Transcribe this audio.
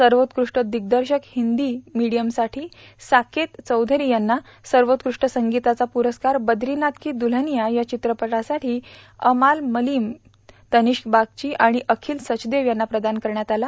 सर्वोत्कृष्ट दिग्दर्शक हिंदी मिडियमसाठी साकेत चौधरी यांना सर्वोत्कृष्ट संगीताचा पुरस्कार बद्रीनाथ की दुल्हनिया या चित्रपटासाठी अमाल मलिम तनिष्क बागची आणि अखिल सचदेव यांना प्रदान करण्यात आला